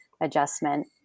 adjustment